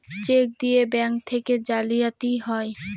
check দিয়ে bank থেকে জালিয়াতি হয়